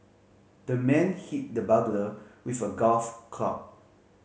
the man hit the burglar with a golf club